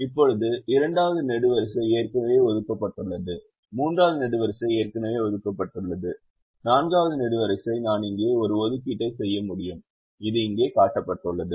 இப்போது இரண்டாவது நெடுவரிசை ஏற்கனவே ஒதுக்கப்பட்டுள்ளது 3 வது நெடுவரிசை ஏற்கனவே ஒதுக்கப்பட்டுள்ளது 4 வது நெடுவரிசை நான் இங்கே ஒரு ஒதுக்கீட்டை செய்ய முடியும் இது இங்கே காட்டப்பட்டுள்ளது